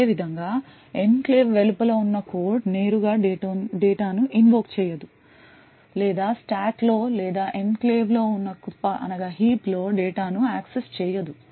అదేవిధంగా ఎన్క్లేవ్ వెలుపల ఉన్న కోడ్ నేరుగా డేటాను ఇన్వోక్ చేయదు లేదా స్టాక్ లో లేదా ఎన్క్లేవ్లో ఉన్న కుప్ప లో డేటాను యాక్సెస్ చేయదు